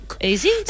Easy